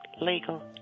Legal